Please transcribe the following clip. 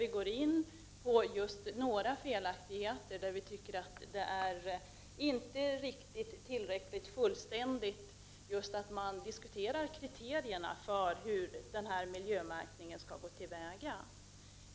Vi går in på några — 28 november 1989 felaktigheter, där man enligt vår åsikt inte tillräckligt ingående diskuterar kriterierna för hur miljömärkningen skall gå till.